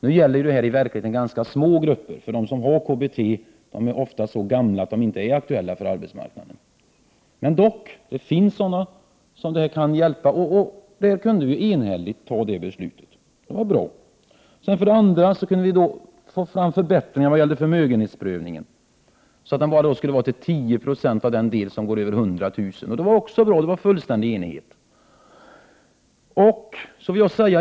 Nu handlar detta i verkligheten om ganska små grupper. De som har KBT är ofta så gamla att de inte är aktuella för arbetsmarknaden. Dock, det finns sådana som detta kan hjälpa, och det var bra att vi kunde fatta det beslutet enhälligt. För det andra kunde vi få fram förbättringar vad gäller förmögenhetsprövningen så att den bara skulle utgöra 10 96 av den del som går över 100 000 kr. Det var också bra. Det rådde fullständig enighet.